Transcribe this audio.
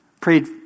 Prayed